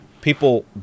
People